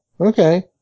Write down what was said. okay